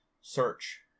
search